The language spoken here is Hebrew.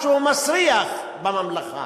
משהו מסריח בממלכה.